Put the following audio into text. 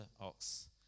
ox